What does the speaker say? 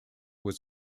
was